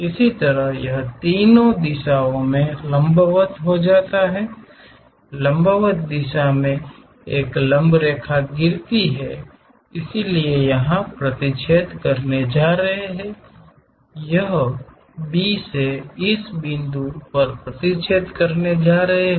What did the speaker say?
इसी तरह यह 3 दिशाओं में लंबवत हो जाता है लंबवत दिशा में एक लंब रेखा गिरती है इसलिए यह यहां प्रतिच्छेद करने जा रहा है यह B से इस बिंदु पर प्रतिच्छेद करने जा रहा है